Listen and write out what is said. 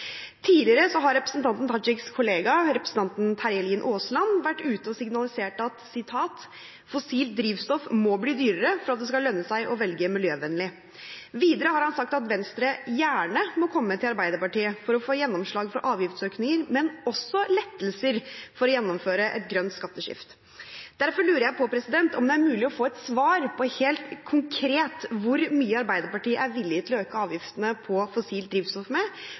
Tidligere har representanten Tajiks kollega, representanten Terje Lien Aasland, vært ute og signalisert at fossilt drivstoff må bli dyrere for at det skal lønne seg å velge miljøvennlig. Videre har han sagt at Venstre gjerne må komme til Arbeiderpartiet for å få gjennomslag for avgiftsøkninger, men også -lettelser, for å gjennomføre et grønt skatteskifte. Derfor lurer jeg på om det er mulig å få et helt konkret svar på hvor mye Arbeiderpartiet er villig til å øke avgiftene på fossilt drivstoff med,